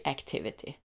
Activity